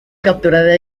capturada